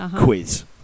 quiz